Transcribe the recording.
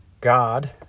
God